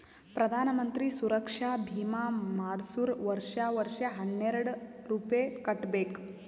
ಪ್ರಧಾನ್ ಮಂತ್ರಿ ಸುರಕ್ಷಾ ಭೀಮಾ ಮಾಡ್ಸುರ್ ವರ್ಷಾ ವರ್ಷಾ ಹನ್ನೆರೆಡ್ ರೂಪೆ ಕಟ್ಬಬೇಕ್